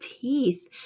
teeth